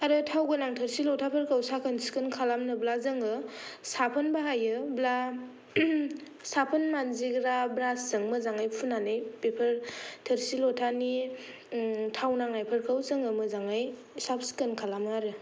आरो थाव गोनां थोरसि ल'थाफोरखौ साखोन सिखोन खालामनोब्ला जोङो साफोन बाहायो ब्ला साफोन मानजिग्रा ब्रासजों मोजाङै फुनानै बेफोर थोरसि ल'थानि थाव नांनायफोरखौ जोङो मोजाङै साब सिखोन खालामो आरो